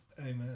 Amen